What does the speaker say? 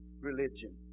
religion